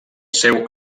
seu